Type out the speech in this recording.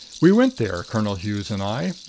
we went there, colonel hughes and i.